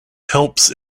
helps